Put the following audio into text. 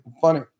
Funny